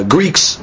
Greeks